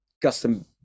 custom